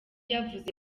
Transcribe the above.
yavuze